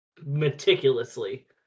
meticulously